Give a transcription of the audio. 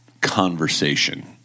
conversation